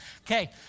Okay